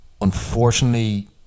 Unfortunately